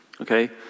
okay